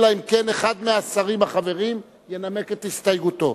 אלא אם כן אחד מהשרים החברים ינמק את הסתייגותו.